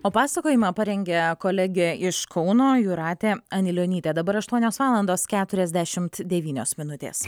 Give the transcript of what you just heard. o pasakojimą parengė kolegė iš kauno jūratė anilionytė dabar aštuonios valandos keturiasdešimt devynios minutės